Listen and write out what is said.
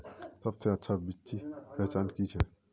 सबसे अच्छा बिच्ची पहचान की छे?